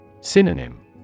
Synonym